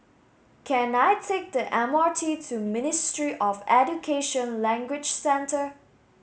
can I take the M R T to Ministry of Education Language Centre